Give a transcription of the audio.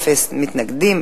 אפס מתנגדים,